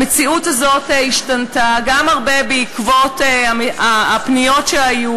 המציאות הזאת השתנתה, בעיקר בעקבות הפניות שהיו